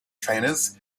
trainers